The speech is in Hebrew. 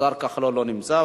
השר כחלון לא נמצא.